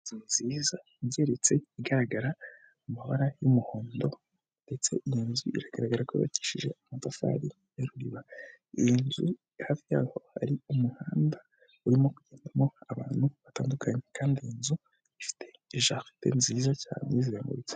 Inzu nziza igeretse igaragara amabara y'umuhondo ndetse iyi nzu iragaragara ko yubakishije amatafari ya ruba, iyi nzu hafi yaho hari umuhanda urimo abantu batandukanye kandi inzu ifite jaride nziza cyane izengurutse.